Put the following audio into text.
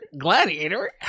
Gladiator